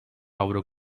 avro